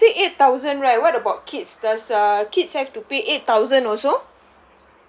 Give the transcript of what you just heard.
when you said eight thousand right what about kids does uh kids have to pay eight thousand also